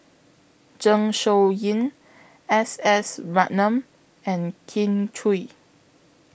Zeng Shouyin S S Ratnam and Kin Chui